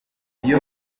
iyo